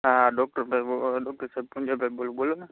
હા ડૉક્ટર ભાઈ ડૉક્ટર સાહેબ પૂંજાભાઈ બોલું બોલોને